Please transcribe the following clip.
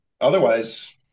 otherwise